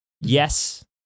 Yes